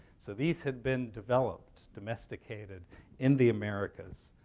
so these had been developed, domesticated in the americas